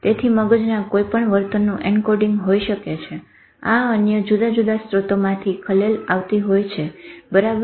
તેથી મગજમાંના કોઇપણ વર્તનનું એનકોડીંગ હોઈ શકે છે આ અન્ય જુદા જુદા સ્ત્રોતોમાંથી ખલેલ આવતી હોય છે બરાબર